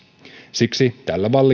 siksi tällä